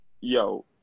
yo